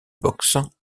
boxe